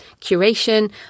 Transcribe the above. curation